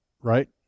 right